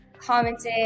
commented